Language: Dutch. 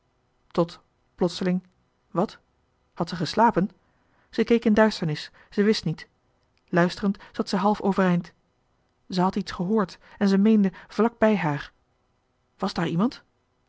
tot plotseling wat had zij geslapen ze keek in duisternis ze wist niet luisterend zat zij half overeind ze had iets gehoord en ze meende vlak bij haar was daar iemand